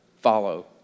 follow